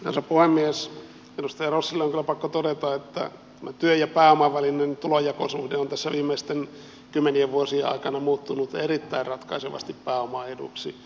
edustaja rossille on kyllä pakko todeta että työn ja pääoman välinen tulonjakosuhde on tässä viimeisten kymmenien vuosien aikana muuttunut erittäin ratkaisevasti pääoman eduksi